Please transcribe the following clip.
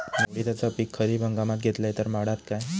मी उडीदाचा पीक खरीप हंगामात घेतलय तर वाढात काय?